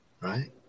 right